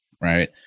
right